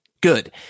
good